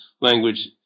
language